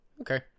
Okay